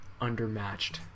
undermatched